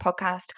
podcast